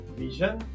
vision